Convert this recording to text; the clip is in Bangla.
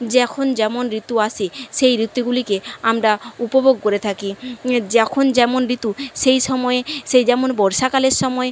যখন যেমন ঋতু আসে সেই ঋতুগুলিকে আমরা উপভোগ করে থাকি এ যখন যেমন ঋতু সেই সময়ে সে যেমন বর্ষাকালের সময়